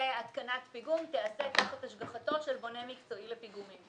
שהתקנת פיגום תעשה תחת השגחתו של בונה פיגומים מקצועי.